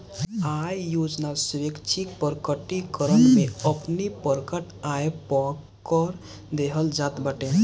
आय योजना स्वैच्छिक प्रकटीकरण में अपनी प्रकट आय पअ कर देहल जात बाटे